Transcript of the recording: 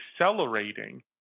accelerating